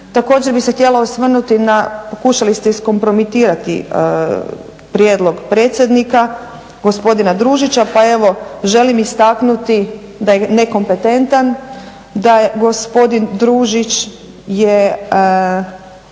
Također bih se htjela osvrnuti na, pokušali ste iskompromitirati prijedlog predsjednika gospodina Družića pa evo želim istaknuti da je nekompetentan, da gospodin Družić ima